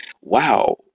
wow